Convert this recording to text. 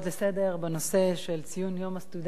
בנושא של ציון יום הסטודנט הלאומי,